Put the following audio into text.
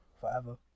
Forever